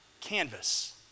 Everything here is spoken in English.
canvas